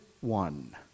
one